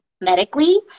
medically